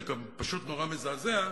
זה פשוט נורא מזעזע,